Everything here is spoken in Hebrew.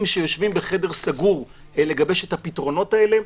שיושבים בחדר סגור לגבש את הפתרונות האלה.